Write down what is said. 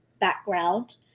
background